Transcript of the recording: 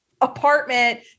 apartment